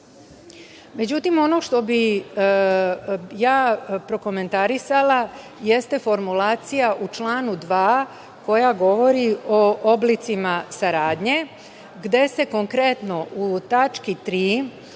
Srbije.Međutim, ono što bih prokomentarisala jeste formulacija u članu 2. koja govori o oblicima saradnje gde se konkretno u tački